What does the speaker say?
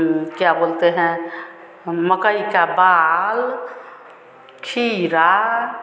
क्या बोलते हैं मकई का बाल खीरा